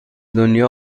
دنیا